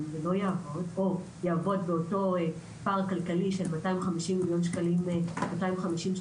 ולא יעבוד או יעבוד באותו פער כלכלי של 250 מיליון שקלים ליום,